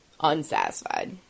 unsatisfied